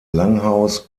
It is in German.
langhaus